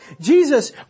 Jesus